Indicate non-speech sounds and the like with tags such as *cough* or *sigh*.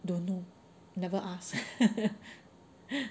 don't know *laughs* never ask *laughs*